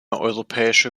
europäische